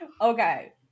Okay